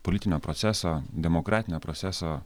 politinio proceso demokratinio proceso